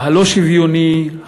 הלא-שוויוני,